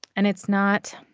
and it's not.